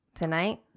Tonight